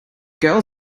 girl